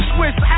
Swiss